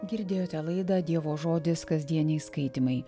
girdėjote laidą dievo žodis kasdieniai skaitymai